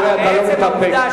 אתה כנראה לא מתאפק.